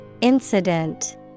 Incident